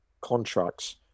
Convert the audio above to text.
contracts